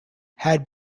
had